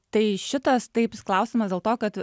tai šitas taip klausimas dėl to kad